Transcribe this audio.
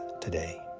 today